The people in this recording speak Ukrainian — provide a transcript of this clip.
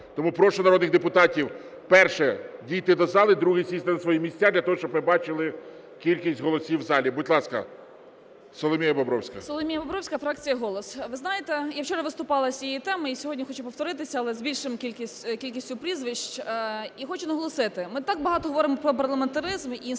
Тому прошу народних депутатів: перше – дійти до зали, друге – сісти на свої місця, для того щоб ми бачили кількість голосів в залі. Будь ласка, Соломія Бобровська. 10:45:13 БОБРОВСЬКА С.А. Соломія Бобровська, фракція "Голос". Ви знаєте, я вчора виступала з цієї теми і сьогодні хочу повторитися, але з більшою кількістю прізвищ. І хочу наголосити, ми так багато говоримо про парламентаризм і інституцію